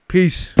Peace